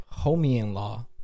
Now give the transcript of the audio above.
Homie-in-law